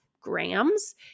grams